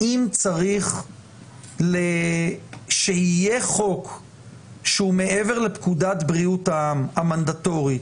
האם צריך שיהיה חוק שהוא מעבר לפקודת בריאות העם המנדטורית,